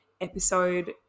episode